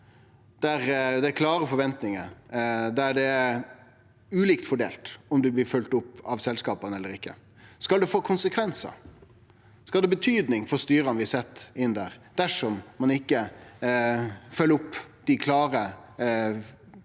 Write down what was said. der det er klare forventningar, og der det er ulikt fordelt om ein blir følgt opp av selskapa eller ikkje – skal det få konsekvensar? Skal det ha betydning for styra vi set inn der, dersom ein ikkje følger opp dei klare formaningane